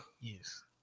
Yes